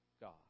God